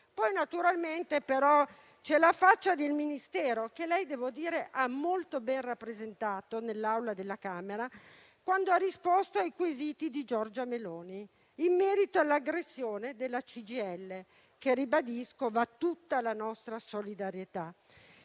Poi, naturalmente, c'è la faccia del Ministero, che lei ha molto ben rappresentato nell'Aula della Camera quando ha risposto ai quesiti di Giorgia Meloni in merito all'aggressione alla sede della CGIL, cui - lo ribadisco - va tutta la nostra solidarietà.